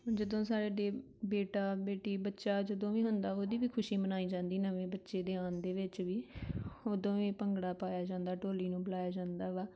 ਜਦੋਂ ਸਾਡੇ ਬੇਟਾ ਬੇਟੀ ਬੱਚਾ ਜਦੋਂ ਵੀ ਹੁੰਦਾ ਉਹਦੀ ਵੀ ਖੁਸ਼ੀ ਮਨਾਈ ਜਾਂਦੀ ਨਵੇਂ ਬੱਚੇ ਦੇ ਆਉਣ ਦੇ ਵਿੱਚ ਵੀ ਉਦੋਂ ਵੀ ਭੰਗੜਾ ਪਾਇਆ ਜਾਂਦਾ ਢੋਲੀ ਨੂੰ ਬੁਲਾਇਆ ਜਾਂਦਾ ਵਾ